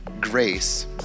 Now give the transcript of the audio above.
grace